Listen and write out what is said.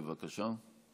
בבקשה.